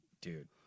Dude